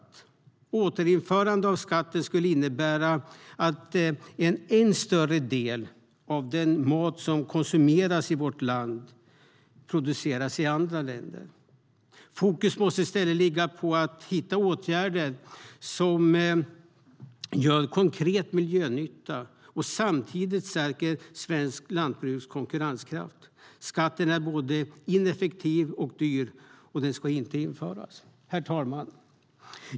Ett återinförande av skatten skulle innebära att en än större del av den mat som konsumeras i vårt land produceras i andra länder. Fokus måste i stället ligga på att hitta åtgärder som gör konkret miljönytta och samtidigt stärker svenskt lantbruks konkurrenskraft. Skatten är både ineffektiv och dyr, och den ska inte införas. Herr talman!